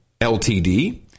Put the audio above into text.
LTD